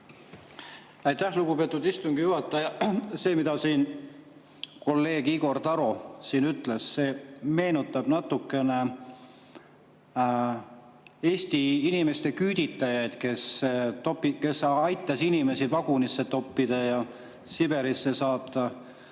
Aitäh, lugupeetud istungi juhataja! See, mida kolleeg Igor Taro ütles, meenutab natukene Eesti inimeste küüditajaid, kes aitasid inimesi vagunisse toppida ja Siberisse saata